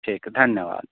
ठीक धन्यवाद